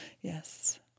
Yes